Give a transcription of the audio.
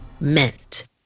meant